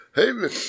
Hey